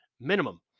minimum